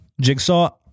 Jigsaw